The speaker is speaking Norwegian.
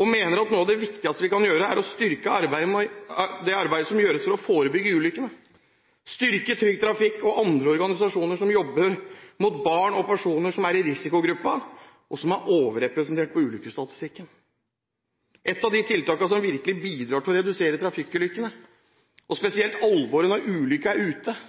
og mener at noe av det viktigste vi kan gjøre, er å styrke det arbeidet som gjøres for å forebygge ulykkene, styrke Trygg Trafikk og andre organisasjoner som jobber mot barn og personer som er i risikogruppen, og er overrepresentert på ulykkesstatistikken. Et av de tiltakene som virkelig bidrar til å redusere trafikkulykkene, og spesielt alvoret når ulykken er ute,